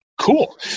cool